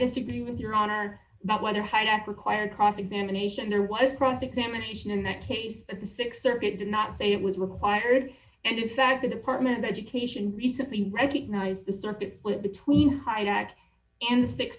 disagree with your honor but when i had ak require cross examination there was cross examination in that case that the th circuit did not say it was required and in fact the department of education recently recognized the circuit split between hyde act and s